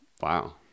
Wow